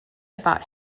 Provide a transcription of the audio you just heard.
about